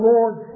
Lord